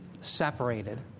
separated